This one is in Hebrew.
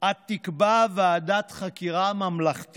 עד תקבע ועדת חקירה ממלכתית